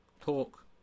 talk